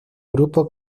grupo